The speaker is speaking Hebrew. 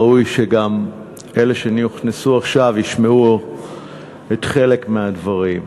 ראוי שגם אלה שנכנסו עכשיו ישמעו חלק מהדברים.